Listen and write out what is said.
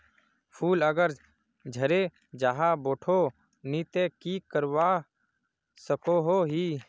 फूल अगर झरे जहा बोठो नी ते की करवा सकोहो ही?